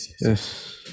Yes